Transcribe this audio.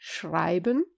schreiben